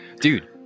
Dude